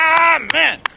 Amen